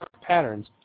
patterns